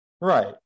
right